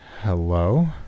Hello